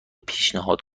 پیشنهاد